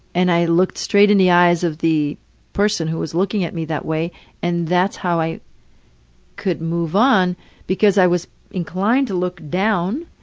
and i looked straight in the eyes of the person who was looking at me that way and that's how i could move on because i was inclined to look down,